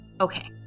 Okay